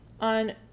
On